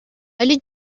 ولی